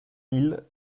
mille